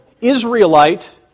Israelite